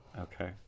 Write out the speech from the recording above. Okay